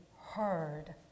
heard